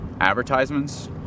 advertisements